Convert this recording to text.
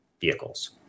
vehicles